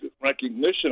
recognition